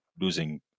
losing